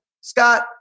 Scott